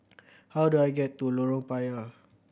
how do I get to Lorong Payah